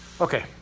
Okay